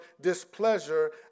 displeasure